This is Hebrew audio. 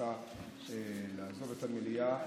נאלצה לעזוב את המליאה.